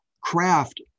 craft